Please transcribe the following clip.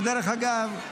ודרך אגב,